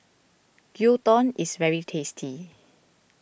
Gyudon is very tasty